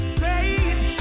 great